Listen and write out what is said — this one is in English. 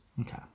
Okay